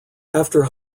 after